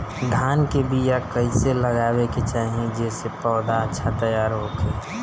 धान के बीया कइसे लगावे के चाही जेसे पौधा अच्छा तैयार होखे?